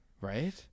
Right